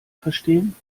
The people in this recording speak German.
verstehen